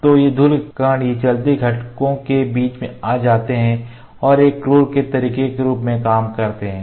तो ये धूल के कण ये चलते घटकों के बीच में आ जाते हैं और एक क्रूर तरीके के रूप में कार्य करते हैं